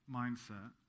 mindset